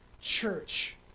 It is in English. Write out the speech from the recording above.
church